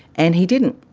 and he didn't.